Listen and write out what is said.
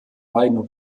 beiden